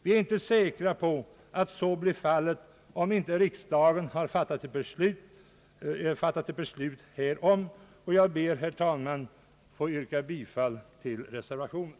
Vi är inte säkra på att så blir fallet, om inte riksdagen har fattat ett beslut härom. Jag ber, herr talman, att få yrka bifall till reservationen.